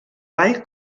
ball